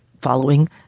following